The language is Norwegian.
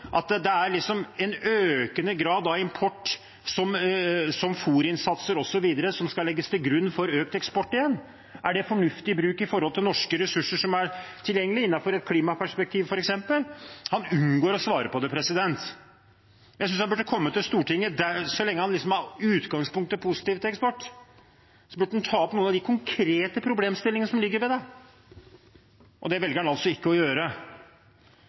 at det er en økende grad av import, som fôrinnsatser osv., som igjen skal legges til grunn for økt eksport? Er det fornuftig bruk med tanke på norske ressurser som er tilgjengelige, f.eks. innenfor et klimaperspektiv? Han unngår å svare på det. Så lenge han i utgangspunktet er positiv til eksport, synes jeg han burde komme til Stortinget og ta opp noen av de konkrete problemstillingene som foreligger i forbindelse med det. Det velger han altså ikke å gjøre.